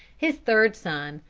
his third son,